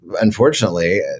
unfortunately